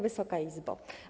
Wysoka Izbo!